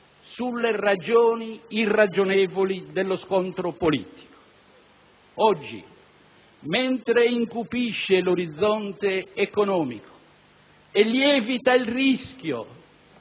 sulle ragioni irragionevoli dello scontro politico. Oggi, mentre incupisce l'orizzonte economico e lievita il rischio